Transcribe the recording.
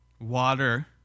water